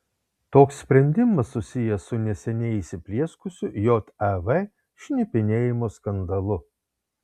toks sprendimas susijęs su neseniai įsiplieskusiu jav šnipinėjimo skandalu